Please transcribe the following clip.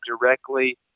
directly